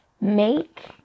make